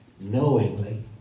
knowingly